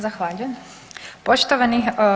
Zahvaljujem poštovani.